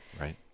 right